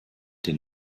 den